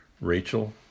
Rachel